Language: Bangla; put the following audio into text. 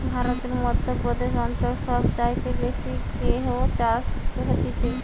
ভারতের মধ্য প্রদেশ অঞ্চল সব চাইতে বেশি গেহু চাষ হতিছে